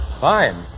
Fine